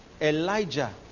Elijah